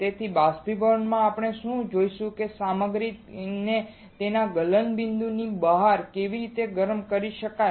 તેથી બાષ્પીભવનમાં આપણે જોઈશું કે સામગ્રીને તેના ગલનબિંદુની બહાર કેવી રીતે ગરમ કરી શકીએ